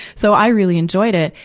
so, i really enjoyed it.